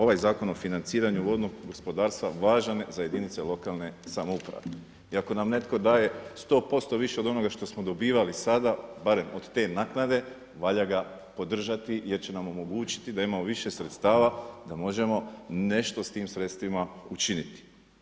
Ovaj Zakon o financiranju vodnog gospodarstva je važan za jedinice lokalne samouprave i ako nam netko daje sto posto više od onoga što smo dobivali sada barem od te naknade valja ga podržati jer će nam omogućiti da imamo više sredstava da možemo nešto s tim sredstvima učiniti.